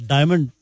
Diamond